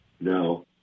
No